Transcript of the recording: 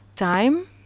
time